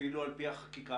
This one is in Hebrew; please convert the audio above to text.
ואפילו על פי החקיקה,